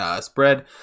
spread